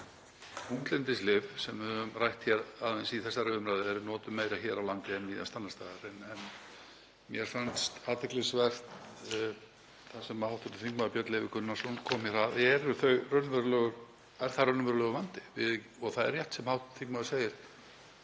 Það er rétt sem hv. þingmaður segir,